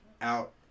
out